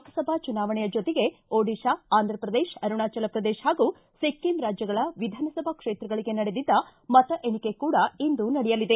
ಲೋಕಸಭಾ ಚುನಾವಣೆಯ ಜೊತೆಗೆ ಒಡಿತಾ ಆಂಧ್ರಪ್ರದೇಶ ಅರುಣಾಚಲ ಪ್ರದೇಶ ಹಾಗೂ ಸಿಕ್ಕಿಂ ರಾಜ್ಜಗಳ ವಿಧಾನಸಭಾ ಕ್ಷೇತ್ರಗಳಿಗೆ ನಡೆದಿದ್ದ ಮತ ಎಣಿಕೆ ಕೂಡ ಇಂದು ನಡೆಯಲಿದೆ